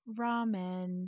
Ramen